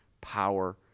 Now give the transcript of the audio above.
power